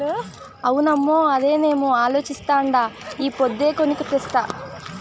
అవునమ్మో, అదేనేమో అలోచిస్తాండా ఈ పొద్దే కొని తెస్తా